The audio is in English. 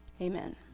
Amen